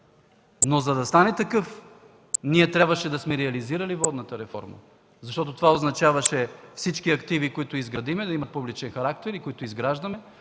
За да стане такъв обаче, ние трябваше да сме реализирали водната реформа, защото това означаваше всички активи, които изграждаме, да имат публичен характер, да бъдат